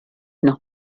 noch